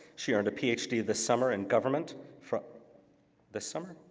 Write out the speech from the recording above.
she earned a ph d. this summer in government from this summer?